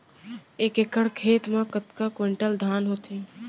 एक एकड़ खेत मा कतका क्विंटल धान होथे?